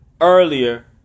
earlier